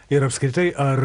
ir apskritai ar